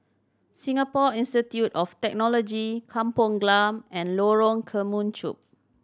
Singapore Institute of Technology Kampong Glam and Lorong Kemunchup